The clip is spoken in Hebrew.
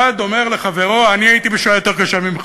אחד אומר לחברו: אני הייתי בשואה יותר קשה ממך.